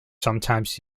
sometimes